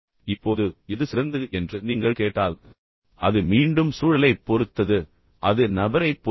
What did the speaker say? இப்போது எது சிறந்தது என்று நீங்கள் கேட்டால் அது மீண்டும் சூழலைப் பொறுத்தது அது நபரைப் பொறுத்தது